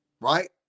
right